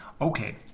Okay